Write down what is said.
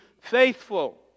faithful